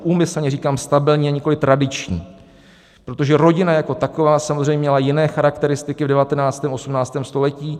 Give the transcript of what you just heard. Úmyslně říkám stabilní, a nikoliv tradiční, protože rodina jako taková samozřejmě měla jiné charakteristiky v 19., 18. století.